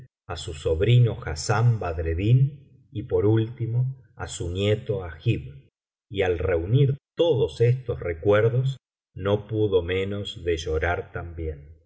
á su sobrino hassán badreddin y por último á su nieto agib y al reunir todos estos recuerdos no pudo menos de llorar también